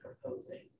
proposing